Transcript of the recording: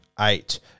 eight